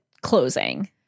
closing